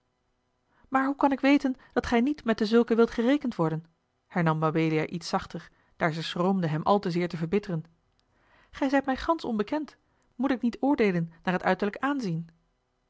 maar hoe kan ik weten dat gij niet met dezulken wilt gerekend worden hernam mabelia iets zachter daar ze schroomde hem al te zeer te verbitteren gij zijt mij gansch onbekend moet ik niet oordeelen naar het uiterlijk aanzien